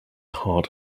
hard